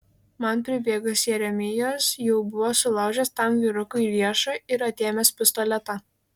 man pribėgus jeremijas jau buvo sulaužęs tam vyrukui riešą ir atėmęs pistoletą